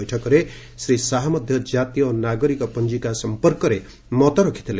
ବୈଠକରେ ଶ୍ରୀ ଶାହା ମଧ୍ୟ ଜାତୀୟ ନାଗରିକ ପଞ୍ଜିକା ସମ୍ପର୍କରେ ମତ ରଖିଥିଲେ